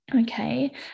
okay